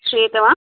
श्रूयते वा